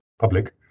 public